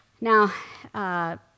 Now